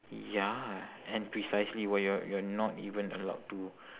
ya and precisely when you are you are not even allowed to